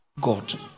God